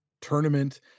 tournament